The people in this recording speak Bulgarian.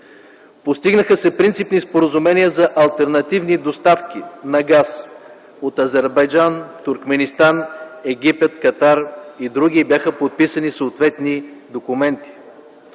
Постигнаха се принципни споразумения за алтернативни доставки на газ от Азербайджан, Туркменистан, Египет, Катар и други. Бяха подписани и съответни документи.